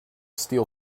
steal